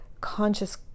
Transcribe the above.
conscious